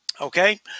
Okay